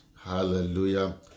hallelujah